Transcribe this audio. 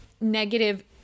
negative